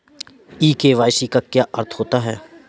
ई KYC का क्या अर्थ होता है?